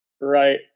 Right